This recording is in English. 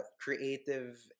creative